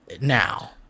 now